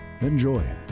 Enjoy